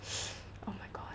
oh my god